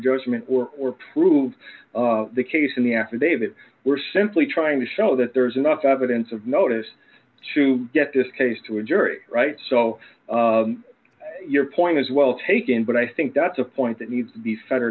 judgment or prove the case in the affidavit we're simply trying to show that there's enough evidence of notice to get this case to a jury right so your point is well taken but i think that's a point that needs to be fe